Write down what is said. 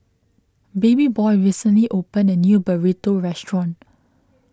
Babyboy recently opened a new Burrito restaurant